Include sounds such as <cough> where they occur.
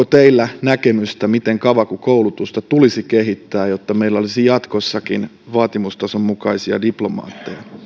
<unintelligible> teillä näkemystä miten kavaku koulutusta tulisi kehittää jotta meillä olisi jatkossakin vaatimustason mukaisia diplomaatteja